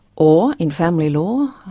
or, in family law,